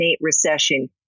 recession